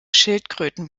schildkröten